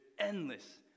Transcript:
endless